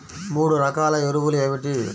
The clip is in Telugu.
మూడు రకాల ఎరువులు ఏమిటి?